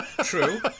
True